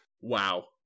Wow